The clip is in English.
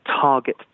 target